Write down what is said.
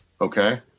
Okay